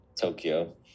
Tokyo